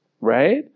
right